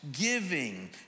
giving